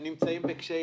הם נמצאים בקשיים,